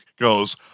goes